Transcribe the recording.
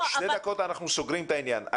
עוד שתי דקות אנחנו סוגרים את העניין.